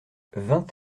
vingt